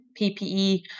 PPE